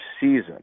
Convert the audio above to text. season